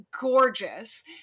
gorgeous